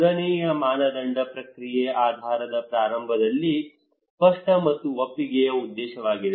ಮೂರನೆಯ ಮಾನದಂಡ ಪ್ರಕ್ರಿಯೆ ಆಧಾರಿತ ಪ್ರಾರಂಭದಲ್ಲಿ ಸ್ಪಷ್ಟ ಮತ್ತು ಒಪ್ಪಿಗೆಯ ಉದ್ದೇಶವಾಗಿದೆ